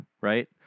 Right